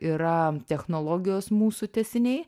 yra technologijos mūsų tęsiniai